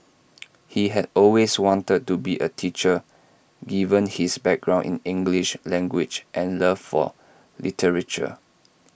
he had always wanted to be A teacher given his background in English language and love for literature